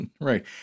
Right